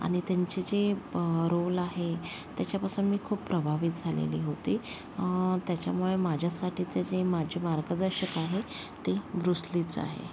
आणि त्यांचे जे प रोल आहे त्याच्यापासून मी खूप प्रभावित झालेली होते त्याच्यामुळे माझ्यासाठीचं जे माझे मार्गदर्शक आहे ते ब्रुस लीच आहे